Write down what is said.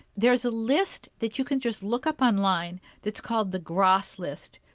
there's a list that you can just look up online that's called the gras list,